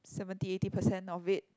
seventy eighty percent of it